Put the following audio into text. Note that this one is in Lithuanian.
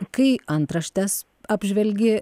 kai antraštės apžvelgė